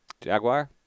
Jaguar